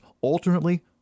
alternately